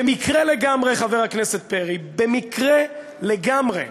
במקרה לגמרי, חבר הכנסת פרי, במקרה לגמרי,